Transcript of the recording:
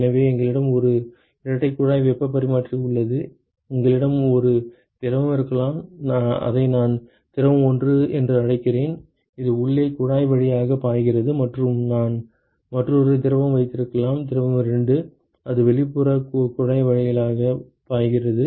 எனவே எங்களிடம் ஒரு இரட்டை குழாய் வெப்பப் பரிமாற்றி உள்ளது உங்களிடம் ஒரு திரவம் இருக்கலாம் அதை நான் திரவம் 1 என்று அழைக்கிறேன் இது உள்ளே குழாய் வழியாக பாய்கிறது மற்றும் நான் மற்றொரு திரவம் வைத்திருக்கலாம் திரவம் 2 இது வெளிப்புறக் குழாய் வழியாக பாய்கிறது